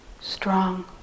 strong